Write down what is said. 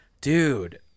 dude